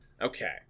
Okay